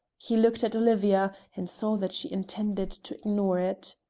he looked at olivia, and saw that she intended to ignore it.